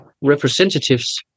representatives